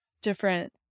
different